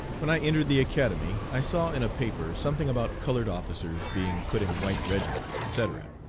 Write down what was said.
when i entered the academy i saw in a paper something about colored officers being put in white regiments, etc.